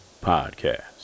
Podcast